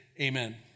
Amen